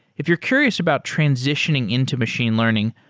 if you're curious about transitioning into machine learning,